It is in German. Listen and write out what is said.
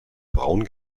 braun